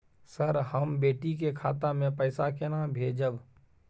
Sir, हम बेटी के खाता मे पैसा केना भेजब?